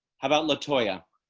how about latoya